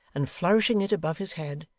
and flourishing it above his head,